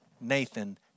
Nathan